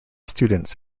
students